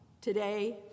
today